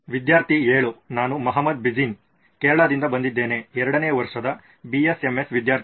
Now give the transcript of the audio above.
ವಿದ್ಯಾರ್ಥಿ 7 ನಾನು ಮೊಹಮ್ಮದ್ ಜಿಬಿನ್ ಕೇರಳದಿಂದ ಬಂದಿದ್ದೇನೆ 2 ನೇ ವರ್ಷದ BSMS ವಿದ್ಯಾರ್ಥಿ